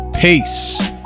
Peace